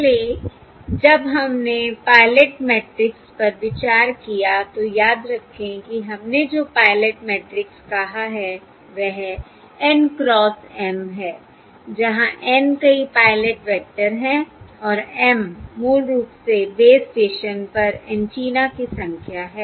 पहले जब हमने पायलट मैट्रिक्स पर विचार किया तो याद रखें कि हमने जो पायलट मैट्रिक्स कहा है वह N क्रॉस M है जहाँ N कई पायलट वैक्टर हैं और M मूल रूप से बेस स्टेशन पर एंटेना की संख्या है